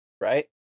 right